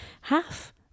half